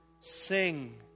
Sing